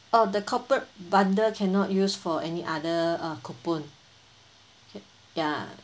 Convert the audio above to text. oh the corporate bundle cannot use for any other uh coupon ya